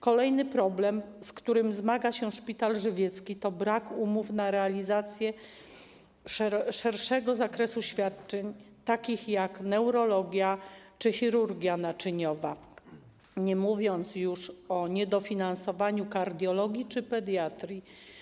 Kolejny problem, z którym zmaga się szpital żywiecki, to brak umów na realizację szerszego zakresu świadczeń, takich jak neurologia czy chirurgia naczyniowa, nie mówiąc już o niedofinansowaniu kardiologii czy pediatrii.